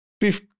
fifth